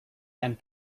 and